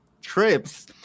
trips